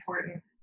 important